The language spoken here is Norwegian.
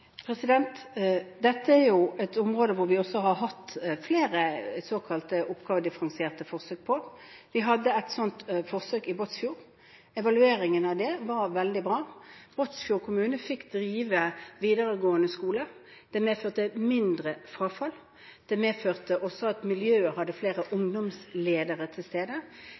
Dette er jo et område hvor vi har hatt flere såkalte oppgavedifferensierte forsøk. Vi hadde et sånt forsøk i Båtsfjord. Evalueringen av det var veldig bra. Båtsfjord kommune fikk drive videregående skole. Det medførte mindre frafall. Det medførte også at miljøet hadde flere ungdomsledere til stede.